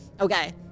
Okay